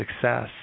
success